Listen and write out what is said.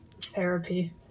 therapy